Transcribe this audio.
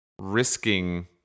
risking